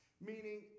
meaning